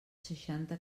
seixanta